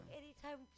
anytime